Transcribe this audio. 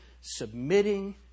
submitting